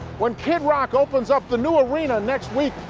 when kid rock opens ah the new arena next week,